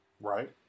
Right